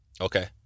Okay